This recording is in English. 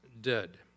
dead